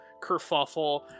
kerfuffle